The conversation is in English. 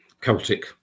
Celtic